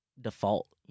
default